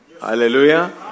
Hallelujah